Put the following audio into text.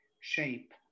shape